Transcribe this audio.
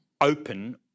open